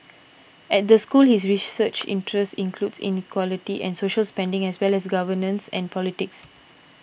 at the school his research interests includes inequality and social spending as well as governance and politics